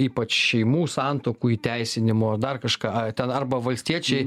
ypač šeimų santuokų įteisinimo ar dar kažką ten arba valstiečiai